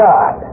God